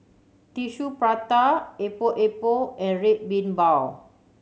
Tissue Prata Epok Epok and Red Bean Bao